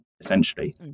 Essentially